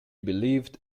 believed